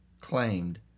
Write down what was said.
claimed